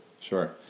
Sure